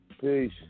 Peace